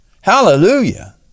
Hallelujah